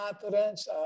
confidence